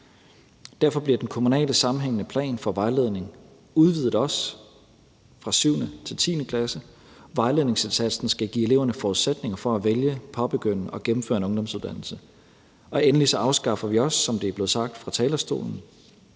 Derfor bliver den kommunale sammenhængende plan for vejledning også udvidet fra 7. klasse til 10. klasse. Vejledningsindsatsen skal give eleverne forudsætninger for at vælge, påbegynde og gennemføre en ungdomsuddannelse. Endelig afskaffer vi også, som det er blevet sagt fra talerstolen,